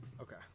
Okay